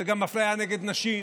זה גם אפליה נגד נשים,